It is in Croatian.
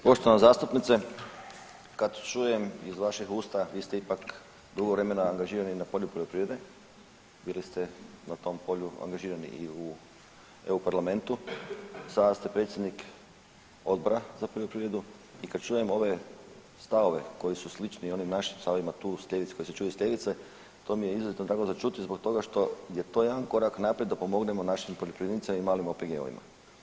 Poštovana zastupnice kad čujem iz vaših usta, vi ste ipak dugo vremena angažirani na polju poljoprivrede, bili ste na tom polju angažirani i u EU parlamentu, sada ste predsjednik Odbora za poljoprivredu i kad čujem ove stavove koju su slični onim našim stavovima tu s ljevice, koji se čuju s ljevice to mi je izuzetno drago za čuti zbog toga što je to jedan korak naprijed da pomognemo našim poljoprivrednicima i malim OPG-ovima.